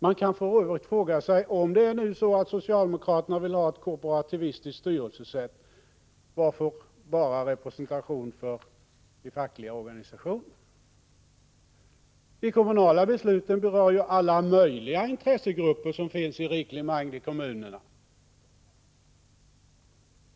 Man kan för övrigt fråga sig: Om socialdemokraterna vill ha ett korporati vistiskt styrelsesätt, varför då bara representation för de fackliga organisationerna? De kommunala besluten berör ju alla möjliga intressegrupper som finns i riklig mängd i kommunerna.